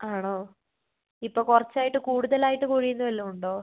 ആണോ ഇപ്പോൾ കുറച്ചായിട്ട് കൂടുതലായിട്ട് കൊഴിയുന്നത് വല്ലോണ്ടോ